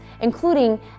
including